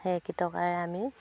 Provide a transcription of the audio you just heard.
সেই কেইটকাৰে আমি